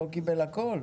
לא קיבל הכול?